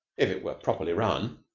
if it were properly run.